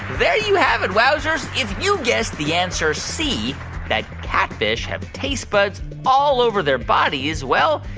there you have it, wowzers. if you guessed the answer c that catfish have taste buds all over their bodies well,